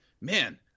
man